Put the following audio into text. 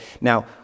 Now